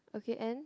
okay and